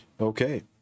Okay